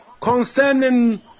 Concerning